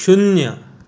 शून्य